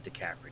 DiCaprio